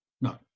No